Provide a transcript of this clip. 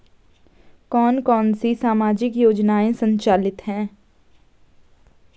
कौन कौनसी सामाजिक योजनाएँ संचालित है?